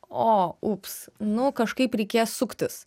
o ups nu kažkaip reikės suktis